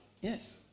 Yes